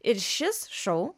ir šis šou